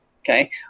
Okay